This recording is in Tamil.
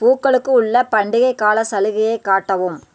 பூக்களுக்கு உள்ள பண்டிகைக் கால சலுகையை காட்டவும்